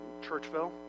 Churchville